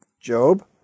Job